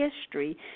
history